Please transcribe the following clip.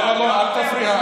לא, אל תפריע.